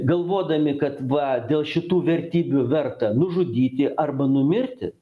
galvodami kad va dėl šitų vertybių verta nužudyti arba numirti